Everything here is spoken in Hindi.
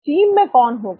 टीम में कौन होगा